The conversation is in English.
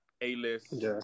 A-list